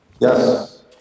Yes